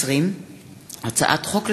פ/2255/20 וכלה בהצעת חוק פ/2285/20,